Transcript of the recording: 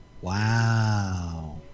Wow